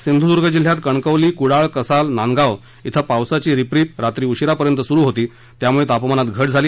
सिंधुदूर्ग जिल्ह्यात कणकवली कुडाळ कसाल तसंच नांदगाव श्रि पावसाची रिपरिप रात्री उशीरापर्यंत सुरु होती त्यामुळे तापमानात घट झाली